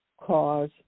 cause